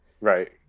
right